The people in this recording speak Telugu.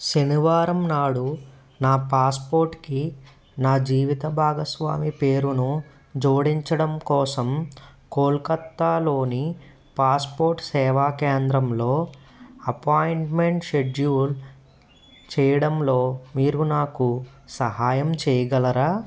శనివారం నాడు నా పాస్పోర్ట్కి నా జీవిత భాగస్వామి పేరును జోడించడం కోసం కోల్కత్తాలోని పాస్పోర్ట్ సేవా కేంద్రంలో అపాయింట్మెంట్ షెడ్యూల్ చేయడంలో మీరు నాకు సహాయం చేయగలరా